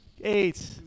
Eight